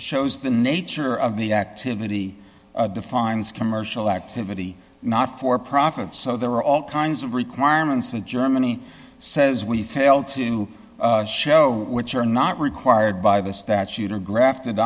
shows the nature of the activity defines commercial activity not for profit so there are all kinds of requirements that germany says we failed to show which are not required by the statute or grafted